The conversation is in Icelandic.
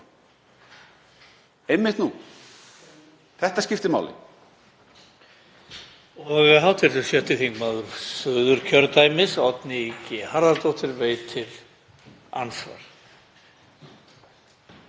einmitt nú. Þetta skiptir máli.